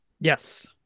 Yes